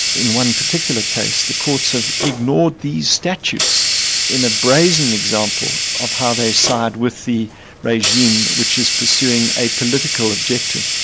in one particular case, the courts have ignored these statutes in a brazen example of how they side with the regime, which is pursuing a political objective.